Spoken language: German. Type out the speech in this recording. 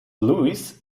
louis